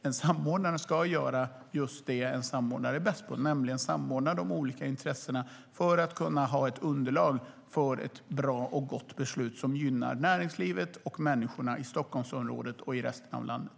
En samordnare ska göra det en samordnare är bäst på, nämligen att samordna de olika intressena för att kunna ha ett underlag för ett bra och gott beslut som gynnar näringslivet och människorna i Stockholmsområdet och i resten av landet.